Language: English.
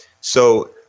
So-